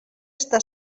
estar